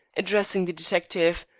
addressing the detective,